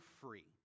free